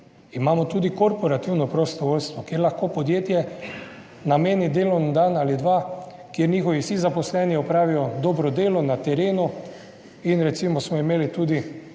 Imamo tudi korporativno prostovoljstvo, kjer lahko podjetje nameni delovni dan ali dva, kjer njihovi vsi zaposleni opravijo dobro delo na terenu - in recimo smo imeli tudi